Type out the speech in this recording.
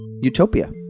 utopia